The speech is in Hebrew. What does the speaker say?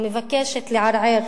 המבקשת לערער